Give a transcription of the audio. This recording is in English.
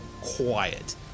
quiet